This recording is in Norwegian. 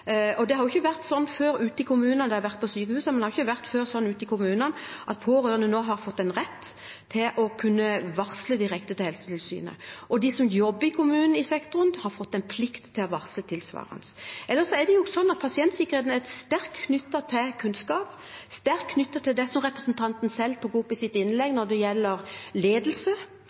Det har jo ikke vært sånn før ute i kommunene – det har vært sånn på sykehusene, men ikke ute i kommunene – men pårørende har nå fått en rett til å kunne varsle direkte til Helsetilsynet, og de som jobber i kommunene, i sektoren, har tilsvarende fått en plikt til å varsle. Ellers er det jo sånn at pasientsikkerheten er sterkt knyttet til kunnskap, og det er sterkt knyttet til det som representanten selv tok opp i sitt innlegg,